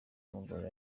mugore